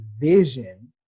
vision